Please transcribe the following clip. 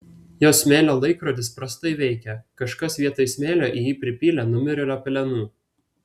jos smėlio laikrodis prastai veikia kažkas vietoj smėlio į jį pripylė numirėlio pelenų